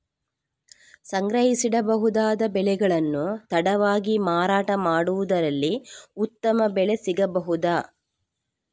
ಸಂಗ್ರಹಿಸಿಡಬಹುದಾದ ಬೆಳೆಗಳನ್ನು ತಡವಾಗಿ ಮಾರಾಟ ಮಾಡುವುದಾದಲ್ಲಿ ಉತ್ತಮ ಬೆಲೆ ಸಿಗಬಹುದಾ?